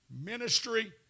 ministry